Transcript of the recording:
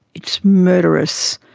it's murderous,